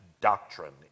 doctrine